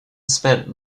spent